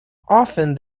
often